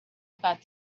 about